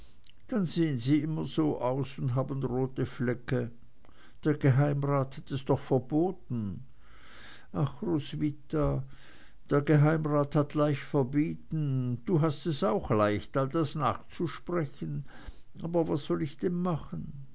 dann sehen sie immer so aus und haben rote flecke der geheimrat hat es doch verboten ach roswitha der geheimrat hat leicht verbieten und du hast es auch leicht all das nachzusprechen aber was soll ich denn machen